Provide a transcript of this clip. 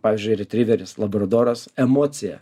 pavyzdžiui retriveris labradoras emocija